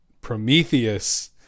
Prometheus